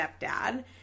stepdad